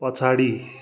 पछाडि